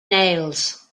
nails